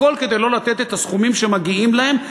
הכול כדי לא לתת את הסכומים שמגיעים להם,